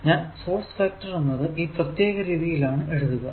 ഞാൻ source vector എന്നത് ഈ പ്രത്യേക രീതിയിൽ ആണ് എഴുതുക